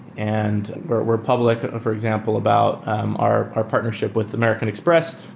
and we're we're public, for example, about our our partnership with american express.